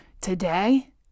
today